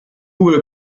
will